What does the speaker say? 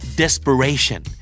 desperation